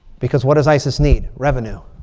because what does isis need? revenue.